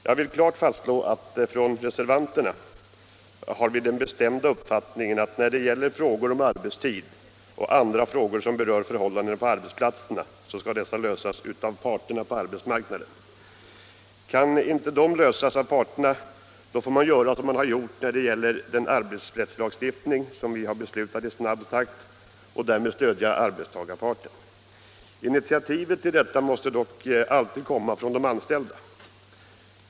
Jag vill klart fastslå att vi reservanter har den bestämda uppfattningen = Nr 24 att frågor om arbetstid och andra frågor som berör förhållandena på ar Onsdagen den betsplatserna skall lösas av parterna på arbetsmarknaden. Kan de inte 19 november 1975 lösas av parterna, får man göra som man gjort när det gäller den ar» betsrättslagstiftning som vi har beslutat om i snabb takt, och därmed Jämställdhetsfråstödja arbetstagarna. Initiativet till detta måste dock alltid komma från — gor m.m. de anställda.